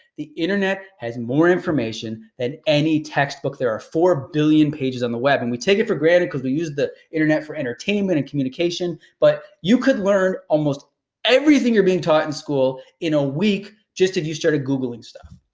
the internet has more information than any textbook. there are four billion pages on the web and we take it for granted because we use the internet for entertainment and communication. but you could learn almost everything you're being taught in school in a week just if you started googling stuff.